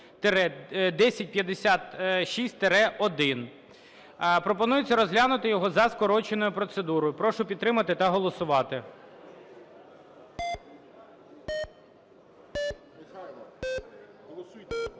1056-1). Пропонується розглянути його за скороченою процедурою. Прошу підтримати та голосувати. 16:19:18